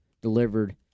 delivered